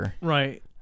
right